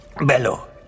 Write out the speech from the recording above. Bello